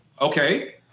Okay